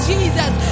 Jesus